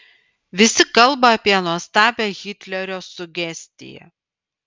visi kalba apie nuostabią hitlerio sugestiją